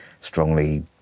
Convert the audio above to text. strongly